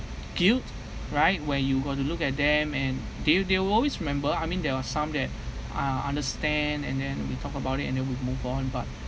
guilt right where you got to look at them and they will they will always remember I mean there were some that uh understand and then we talk about it and then would move on but